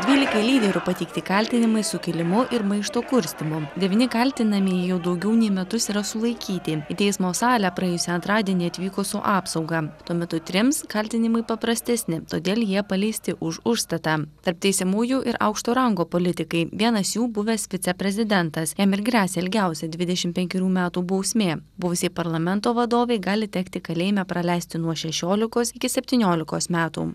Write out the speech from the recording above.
dvylika lyderių pateikti kaltinimai sukilimu ir maišto kurstymu devyni kaltinamieji jau daugiau nei metus yra sulaikyti teismo salę praėjusį antradienį atvyko su apsauga tuo metu trims kaltinimai paprastesni todėl jie paleisti už užstatą tarp teisiamųjų ir aukšto rango politikai vienas jų buvęs viceprezidentas jam ir gresia ilgiausia dvidešimt penkerių metų bausmė buvusiai parlamento vadovei gali tekti kalėjime praleisti nuo šešiolikos iki septyniolikos metų